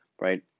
right